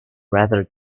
rather